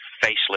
faceless